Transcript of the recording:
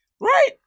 Right